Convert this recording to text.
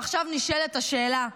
ועכשיו נשאלת השאלה: